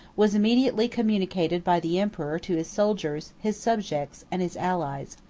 was immediately communicated by the emperor to his soldiers, his subjects, and his allies.